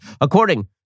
According